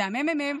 זה הממ"מ,